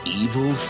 evil